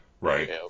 Right